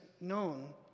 known